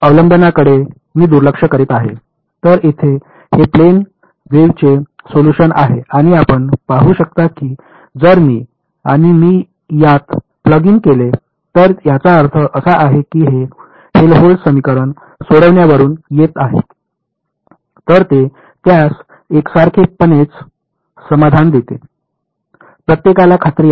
तर येथे हे प्लेन वेव्हचे सोलुशन आहे आणि आपण पाहू शकता की जर मी आणि मी यात प्लग इन केले तर याचा अर्थ असा आहे की हे हेल्होल्टझ समीकरण सोडवण्यावरून येत आहे तर ते त्यास एकसारखेपणानेच समाधान देते प्रत्येकाला खात्री आहे